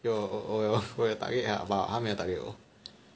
有有我有 target 他他没有 target 我